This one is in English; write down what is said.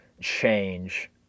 change